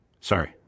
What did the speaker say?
Sorry